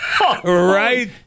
Right